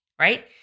right